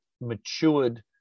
matured